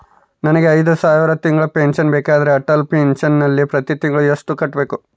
ನನಗೆ ಐದು ಸಾವಿರ ತಿಂಗಳ ಪೆನ್ಶನ್ ಬೇಕಾದರೆ ಅಟಲ್ ಪೆನ್ಶನ್ ನಲ್ಲಿ ಪ್ರತಿ ತಿಂಗಳು ಎಷ್ಟು ಕಟ್ಟಬೇಕು?